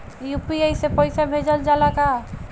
UPI से पईसा भेजल जाला का?